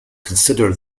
consider